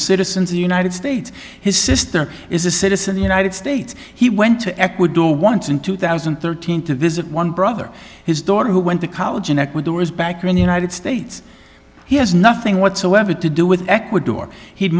citizens united states his sister is a citizen the united states he went to ecuador once in two thousand and thirteen to visit one brother his daughter who went to college in ecuador is back in the united states he has nothing whatsoever to do with ecuador he'd